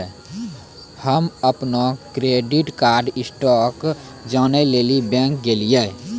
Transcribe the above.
हम्म अपनो credit card score जानै लेली बैंक गेलियै